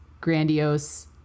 grandiose